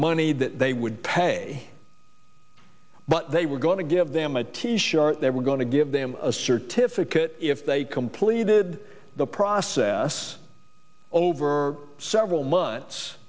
money that they would pay but they were going to give them a t shirt they were going to give them a certificate if they completed the process over several months